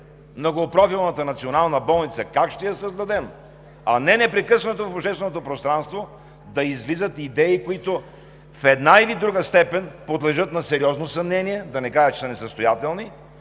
многопрофилната национална болница, как ще я създадем, а не непрекъснато в общественото пространство да излизат идеи, които в една или друга степен подлежат на сериозно съмнение, да не кажа, че са несъстоятелни